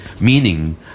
meaning